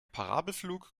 parabelflug